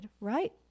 right